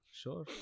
Sure